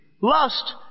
Lust